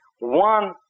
One